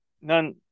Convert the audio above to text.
None